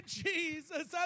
Jesus